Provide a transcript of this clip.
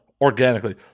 organically